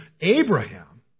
Abraham